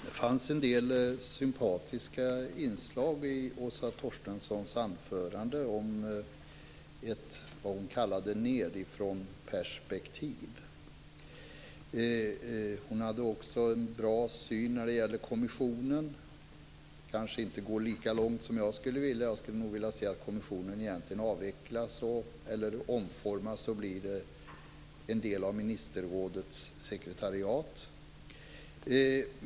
Fru talman! Det fanns en del sympatiska inslag i Åsa Torstenssons anförande om ett underifrånperspektiv, som hon kallade det. Hon hade också en bra syn på kommissionen. Hon kanske inte går lika långt som jag skulle vilja. Jag skulle nog vilja se att kommissionen avvecklas eller omformas, så att den blir en del av ministerrådets sekretariat.